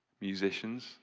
musicians